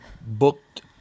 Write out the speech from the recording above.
booked